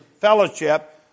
fellowship